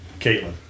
Caitlin